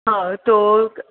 હા તો